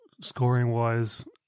scoring-wise